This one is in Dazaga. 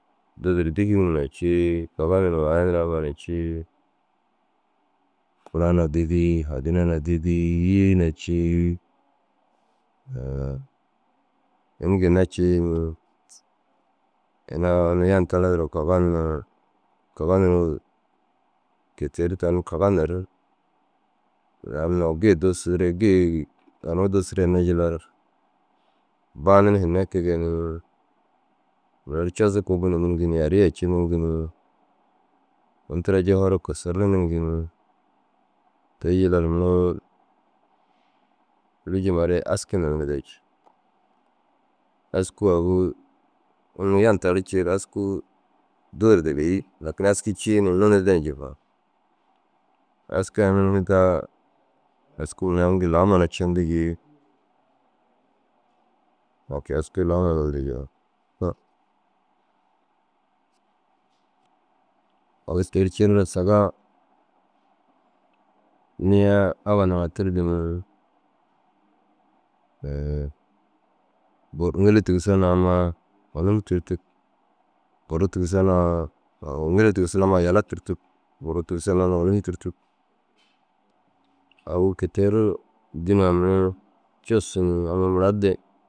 Dudur dîfi nuruu na cii kaga nuruu aya nuruu abbaa na cii. Fura na didii hadina na didii yii na cii. ini ginna cii. Ina unnu yan taraa duro kaga nuruu kaga nuruu kôi te ru tani kaga nir. La annu gii duusudire gii anuu duusire hinne jillar banir hinne kege ni mura ru cozu kubbu niigi ni arii aci niigi ni mura ru ini tira jufaroo kisir niigi ni. Tee- u jilla ŋiroo kûlujimare « aski ninirde » yi. Askuu agu unnu yan tardi ciiru askuu dudurde bêi lakin aski cii ni ninirde ni jufar. Aski ai ninirdaa askuu mere aŋ gii lau suma na cendigii « ôkeyi askuu lau suma ninirigi » yi. Agu te ru cireraa saga nii abba ndaŋa tirdu ni bur ŋili tigisu na amma ônum tûrtug burru tigisoo na au ŋili tigisoo na ammaa yala tûrtug. Burru tigisoo na ammaa ônum tûrtug. Agu kôi te ru dînaa mere cussu ni amma murarde